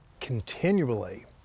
continually